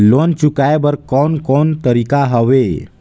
Loan चुकाए बर कोन कोन तरीका हवे?